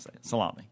Salami